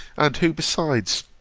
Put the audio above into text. and who, besides,